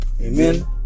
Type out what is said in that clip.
amen